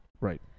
right